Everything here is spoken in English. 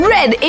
Red